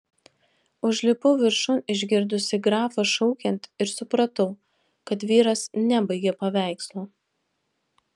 užlipau viršun išgirdusi grafą šaukiant ir supratau kad vyras nebaigė paveikslo